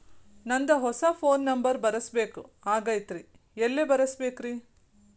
ನಂದ ಹೊಸಾ phone number ಬರಸಬೇಕ್ ಆಗೈತ್ರಿ ಎಲ್ಲೆ ಬರಸ್ಬೇಕ್ರಿ?